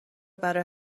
برای